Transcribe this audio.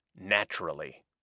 naturally